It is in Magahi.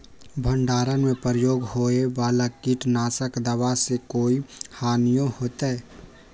भंडारण में प्रयोग होए वाला किट नाशक दवा से कोई हानियों होतै?